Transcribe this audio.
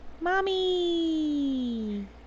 Mommy